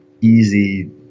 easy